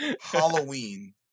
Halloween